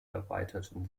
erweiterten